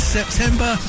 September